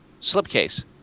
Slipcase